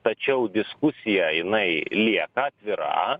tačiau diskusija jinai lieka atvira